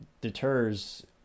deters